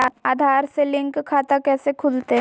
आधार से लिंक खाता कैसे खुलते?